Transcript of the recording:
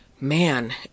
Man